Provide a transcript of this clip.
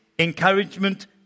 Encouragement